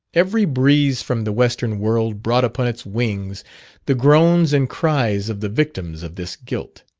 every breeze from the western world brought upon its wings the groans and cries of the victims of this guilt.